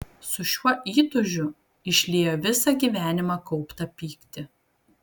su šiuo įtūžiu išliejo visą gyvenimą kauptą pyktį